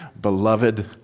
beloved